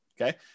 Okay